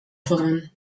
voran